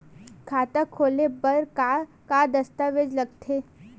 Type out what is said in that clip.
खाता खोले बर का का दस्तावेज लगथे?